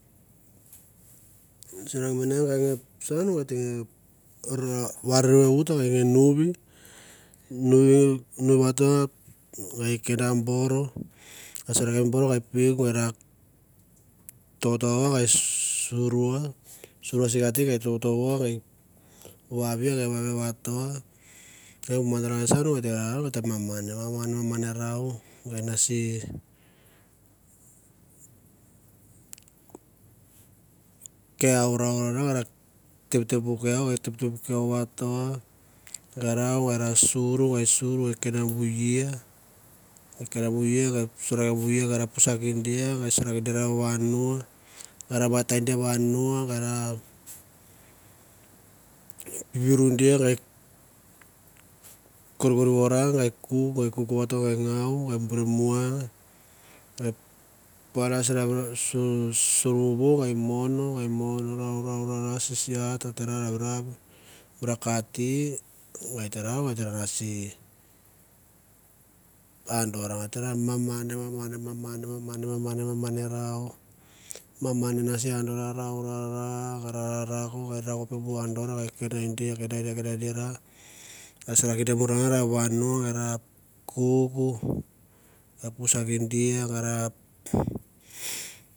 Sim ra mane gai nge saun gai teng ra variu i ut, gai nga nuvi. nuvi vatoa gai keda mi boro, gai sunia sikati gai tovotovo vavia. gai vavia vato ok bu madara saun gai te ra maman maman maman i rau gai nase ke rau rau rau ara tap tap puk ke iau, taptap tapukvato gai rau gei ra sur. va suru e kenda bu eia, gei kenda bu eia gei sorekia bu ei gei ra vatai gi i vanu a viru dia gei kor kor varang kuk kuk vate gei ngau, a bur re muang e panda siravirau, sorvovo gei mon rau rau ra sisat ate ra ravirau ate bor ra kati, andor gei te ra maman maman maman maman rau rau rau rau bu andor va e keda dia kede da kende dir sorekia morangai simi vano nge kuk pusakia dia.